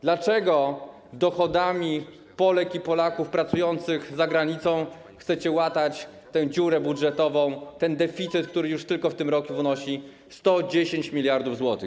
Dlaczego dochodami Polek i Polaków pracujących za granicą chcecie łatać tę dziurę budżetową, ten deficyt, który tylko w tym roku wynosi już 110 mld zł?